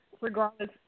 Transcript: regardless